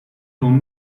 con